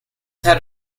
had